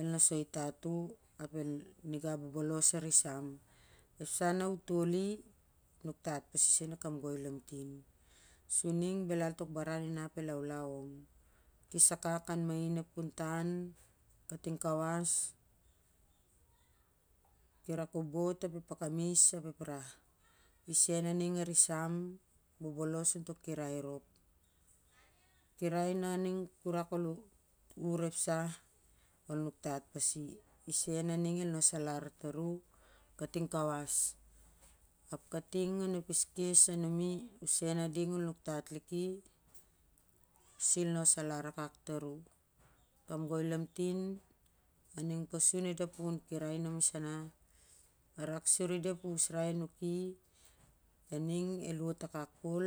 El nosoi tat u ap ap a nigau bobolos arisam ep sah na u toli nuk tat pas i sen, ep kamgoi lamtin sa ning belal tok baran bel inap el laulau om, kes akak an main kating kawas onep kiai kobot, fakamis a ep rah o kirai rakmoh na ning u rak ol ur ep sah nung tat pasi sen ep kamgoi sur i sen ating el nos alar u kating kawas, ap kating onep kes kes numi i sen ading i nos alar liki kamgoi lamtin a ning pas u on i dah a pukun kirai na misana i da ep usrai a nuki ading el wot akak kol